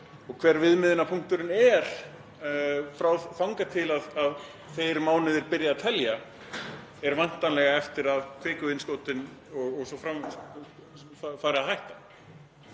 og hver viðmiðunarpunkturinn er þangað til að þeir mánuðir byrja að telja er væntanlega eftir að kvikuinnskotin o.s.frv. hætta,